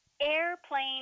airplane